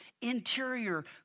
interior